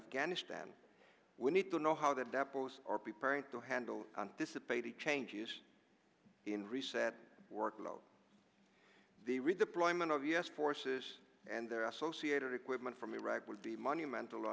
afghanistan we need to know how the depos are preparing to handle dissipated changes in reset workload the redeployment of u s forces and their associated equipment from iraq would be monumental